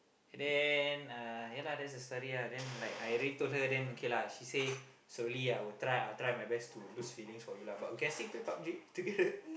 then uh ya lah that's the story lah then like I already told her then okay lah she say slowly I will try I will try my best to lose feelings for you but we can still play PUB-G together